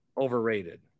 Overrated